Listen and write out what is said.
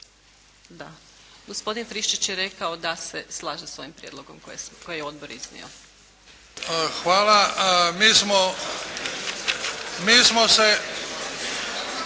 Gospodin Friščić je rekao da se slaže sa ovim prijedlogom koji je odbor iznio. **Bebić, Luka